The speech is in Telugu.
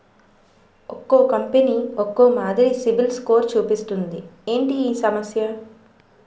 ఒక్కో కంపెనీ ఒక్కో మాదిరి సిబిల్ స్కోర్ చూపిస్తుంది ఏంటి ఈ సమస్య?